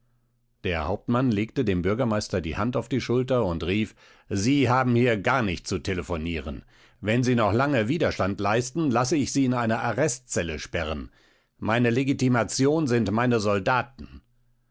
der hauptmann legte dem bürgermeister die hand auf die schulter und rief sie haben hier gar nicht zu telephonieren wenn sie noch lange widerstand leisten lasse ich sie in eine arrestzelle sperren meine legitimation sind meine soldaten